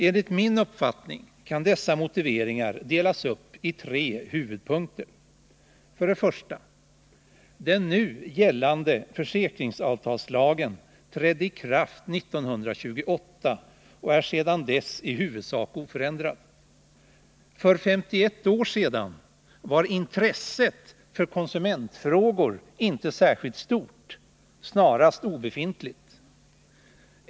Enligt min uppfattning kan dessa motiveringar delas upp i tre huvudpunkter: 1. Den nu gällande försäkringsavtalslagen trädde i kraft 1928 och är sedan dess i huvudsak oförändrad. För 51 år sedan var intresset för konsumentfrågor inte särskilt stort, snarast obefintligt.